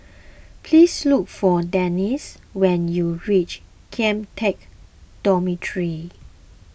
please look for Dennis when you reach Kian Teck Dormitory